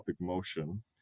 motion